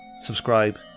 subscribe